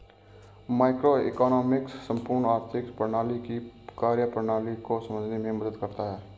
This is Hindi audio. मैक्रोइकॉनॉमिक्स संपूर्ण आर्थिक प्रणाली की कार्यप्रणाली को समझने में मदद करता है